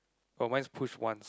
oh mine is push once